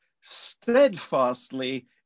steadfastly